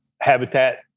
habitat